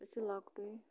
سُہ چھِ لۄکٹُے